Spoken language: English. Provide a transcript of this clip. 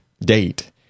date